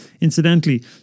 Incidentally